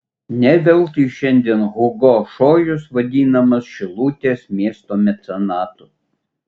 ne veltui šiandien hugo šojus vadinamas šilutės miesto mecenatu